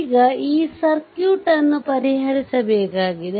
ಈಗ ಈ ಸರ್ಕ್ಯೂಟ್ ಅನ್ನು ಪರಿಹರಿಸಬೇಕಾಗಿದೆ